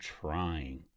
trying